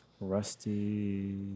Rusty